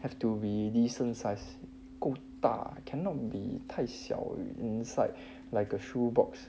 have to be decent size 够大 cannot be 太小 inside like a shoe box